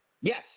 Yes